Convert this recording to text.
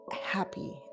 happy